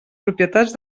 propietats